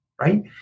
right